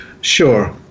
Sure